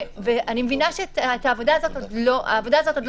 ואני מבינה שהעבודה הזאת עוד לא נעשתה,